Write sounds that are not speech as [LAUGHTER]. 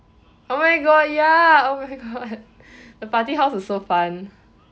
oh my god ya oh my god [LAUGHS] the party house is so fun